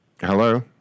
Hello